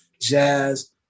jazz